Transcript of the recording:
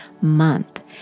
month